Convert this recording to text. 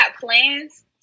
plans